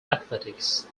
athletics